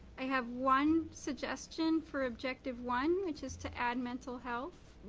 i have one suggestion for objective one which is to add mental health.